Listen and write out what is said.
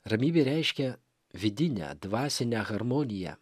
ramybė reiškia vidinę dvasinę harmoniją